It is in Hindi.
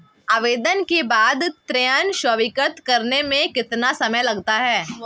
आवेदन के बाद ऋण स्वीकृत करने में कितना समय लगता है?